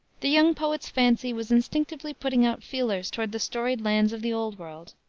the young poet's fancy was instinctively putting out feelers toward the storied lands of the old world,